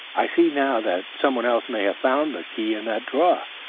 i see now that some one else may have found the key in that drawer,